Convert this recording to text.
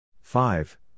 Five